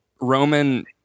Roman